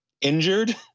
injured